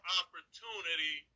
opportunity